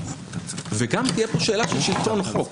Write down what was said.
תהיה כאן שאלה של שלטון החוק.